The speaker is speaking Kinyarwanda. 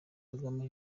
kagame